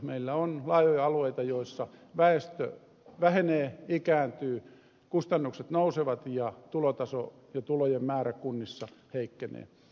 meillä on laajoja alueita joilla väestö vähenee ikääntyy kustannukset nousevat ja tulotaso ja tulojen määrä kunnissa heikkenee